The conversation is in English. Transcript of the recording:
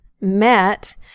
met